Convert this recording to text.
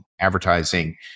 advertising